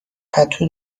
پتو